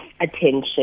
attention